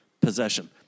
possession